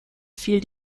fiel